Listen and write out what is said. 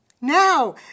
Now